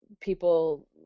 people